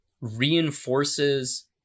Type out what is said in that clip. reinforces